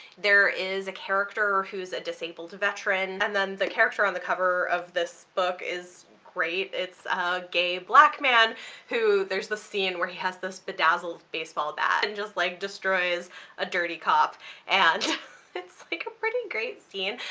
there is a character who's a disabled veteran, and then the character on the cover of this book is great. it's a gay black man who there's this scene where he has this bedazzled baseball bat and just like destroys a dirty cop and it's like a pretty great scene.